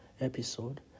episode